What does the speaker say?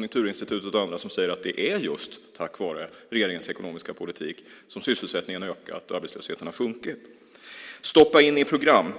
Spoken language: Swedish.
Konjunkturinstitutet och andra som säger att det är just tack vare regeringens ekonomiska politik som sysselsättningen har ökat och arbetslösheten har sjunkit. Stoppa in i program!